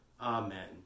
amen